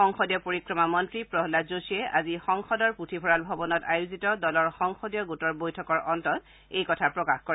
সংসদীয় পৰিক্ৰমা মন্ত্ৰী প্ৰহ্লাদ যোশীয়ে আজি সংসদৰ পুথিভঁৰাল ভৱনত আয়োজিত দলৰ সংসদীয় গোটৰ বৈঠকৰ অন্ততঃ এই কথা প্ৰকাশ কৰে